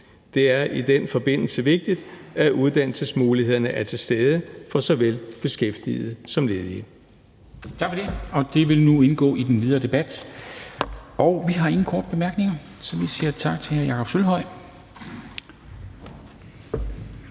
Det er i den forbindelse vigtigt, at uddannelsesmulighederne er til stede for såvel beskæftigede som ledige.«